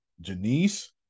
Janice